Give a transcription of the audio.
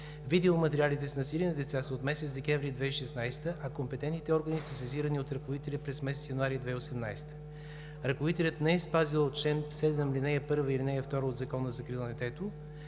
Видеоматериалите с насилие над деца са от месец декември 2016 г., а компетентните органи са сезирани от ръководителя през месец януари 2018 г. Ръководителят не е спазил чл. 7, ал. 1 и ал. 2 от Закона за закрила